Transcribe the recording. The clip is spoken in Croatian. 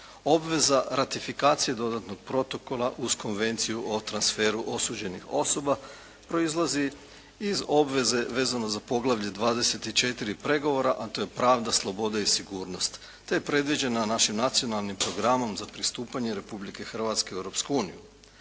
Obveza ratifikacije Dodatnog protokola uz Konvenciju o transferu osuđenih osoba proizlazi iz obveze vezano za poglavlje 24 pregovora, a to je pravda, sloboda i sigurnost te je predviđena našim nacionalnim programom za pristupanje Republike Hrvatske u Europsku uniju.